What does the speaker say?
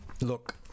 Look